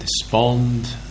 despond